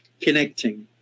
connecting